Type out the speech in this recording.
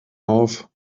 auf